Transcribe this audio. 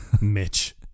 Mitch